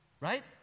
Right